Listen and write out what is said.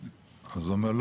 אז הוא אומר,